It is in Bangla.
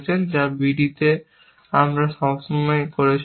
যা bdতে যা আমরা এই সমস্ত সময় করছিলাম